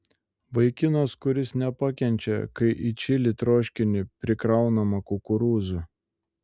vaikinas kuris nepakenčia kai į čili troškinį prikraunama kukurūzų